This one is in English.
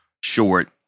short